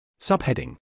Subheading